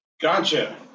gotcha